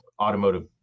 automotive